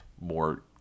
more